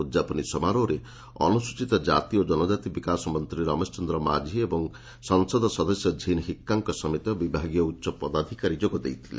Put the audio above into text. ଉଦ୍ଯାପନୀ ସମାରୋହରେ ଅନୁସୂଚିତ କାତି ଓ କନକାତି ବିକାଶ ମନ୍ତୀ ରମେଶ ଚନ୍ଦ ମାଝୀ ଏବଂ ସଂସଦ ସଦସ୍ୟ ଝିନ ହିକୁଙ୍ଙ ସମେତ ବିଭାଗୀୟ ଉଚ୍ଚପଦାଧିକାରୀ ଯୋଗ ଦେଇଥିଲେ